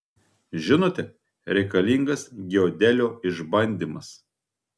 žinote reikalingas giodelio išbandymas